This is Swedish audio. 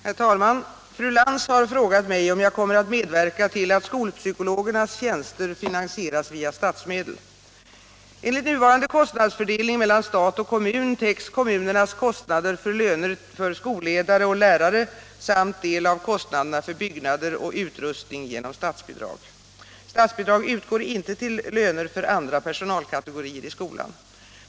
Herr talman! Fru Lantz har frågat mig om jag kommer att medverka till att skolpsykologernas tjänster finansieras via statsmedel. kommunernas kostnader för löner för skolledare och lärare samt del av kostnaderna för byggnader och utrustning genom statsbidrag. Statsbidrag utgår inte till löner för andra personalkategorier i skolan.